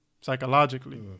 psychologically